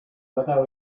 whether